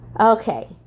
Okay